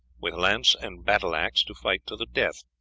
with lance and battle-axe, to fight to the death.